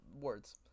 words